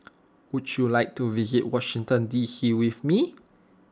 would you like to visit Washington D C with me